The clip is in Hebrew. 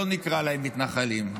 לא נקרא להם מתנחלים,